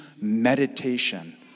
meditation